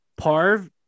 Parv